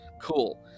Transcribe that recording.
Cool